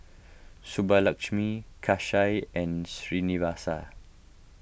Subbulakshmi Kanshi and Srinivasa